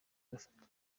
bafatwa